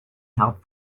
help